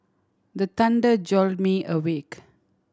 the thunder jolt me awake